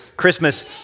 Christmas